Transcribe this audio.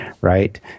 right